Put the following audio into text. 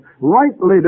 Rightly